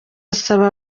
asaba